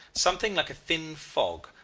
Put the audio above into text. something like a thin fog,